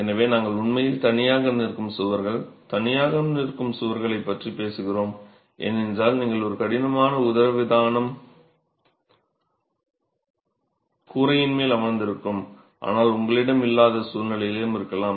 எனவே நாங்கள் உண்மையில் தனியாக நிற்கும் சுவர்களைப் பற்றி பேசுகிறோம் ஏனென்றால் நீங்கள் ஒரு கடினமான உதரவிதானம் கூரையின் மேல் அமர்ந்திருக்கும் ஆனால் உங்களிடம் இல்லாத சூழ்நிலையும் இருக்கலாம்